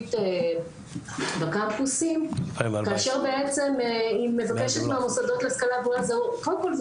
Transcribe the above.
ציבורית בקמפוסים כאשר בעצם היא מבקשת ממוסדות להשכלה גבוהה קודם כול,